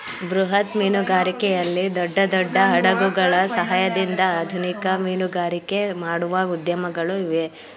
ಬೃಹತ್ ಮೀನುಗಾರಿಕೆಯಲ್ಲಿ ದೊಡ್ಡ ದೊಡ್ಡ ಹಡಗುಗಳ ಸಹಾಯದಿಂದ ಆಧುನಿಕ ಮೀನುಗಾರಿಕೆ ಮಾಡುವ ಉದ್ಯಮಗಳು ಇವೆ